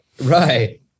Right